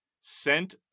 sent